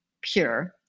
pure